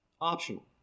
optional